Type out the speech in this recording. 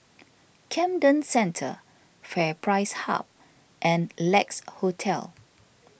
Camden Centre FairPrice Hub and Lex Hotel